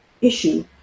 issue